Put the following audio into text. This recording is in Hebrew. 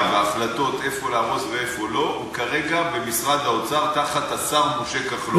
וההחלטות איפה להרוס ואיפה לא הוא כרגע במשרד האוצר תחת השר משה כחלון.